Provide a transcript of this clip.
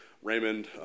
Raymond